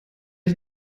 die